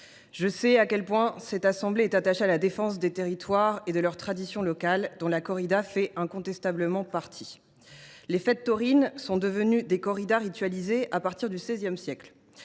Je sais à quel point cette assemblée est attachée à la défense des territoires et de leurs traditions locales, dont la corrida fait incontestablement partie. Ainsi, les fêtes taurines sont devenues des corridas ritualisées à partir du XVI siècle,